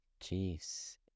Jeez